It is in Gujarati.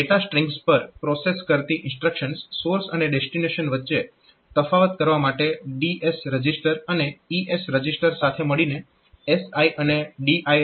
ડેટા સ્ટ્રીંગ્સ પર પ્રોસેસ કરતી ઇન્સ્ટ્રક્શન્સ સોર્સ અને ડેસ્ટીનેશન વચ્ચે તફાવત કરવા માટે DS રજીસ્ટર અને ES રજીસ્ટર સાથે મળીને SI અને DI રજીસ્ટર્સનો ઉપયોગ કરે છે